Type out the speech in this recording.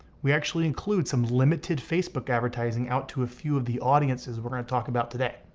we actually include some limited facebook advertising out to a few of the audiences we're gonna talk about today,